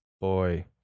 boy